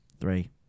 three